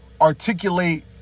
articulate